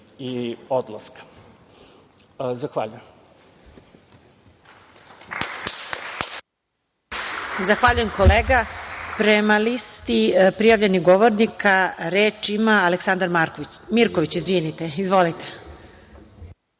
i odlaska. Zahvaljujem.